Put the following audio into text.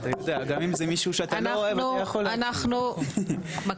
אנחנו מקשיבים,